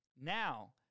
Now